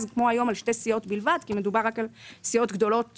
כמו היום על שתי סיעות בלבד כי מדובר רק על סיעות גדולות